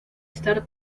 estar